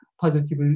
positive